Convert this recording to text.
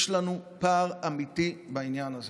יש לנו פער אמיתי בעניין הזה.